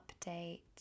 update